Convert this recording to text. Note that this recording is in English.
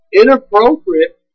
inappropriate